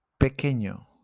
Pequeño